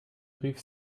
rief